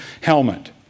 helmet